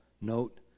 note